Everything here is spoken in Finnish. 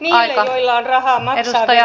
arvoisa puhemies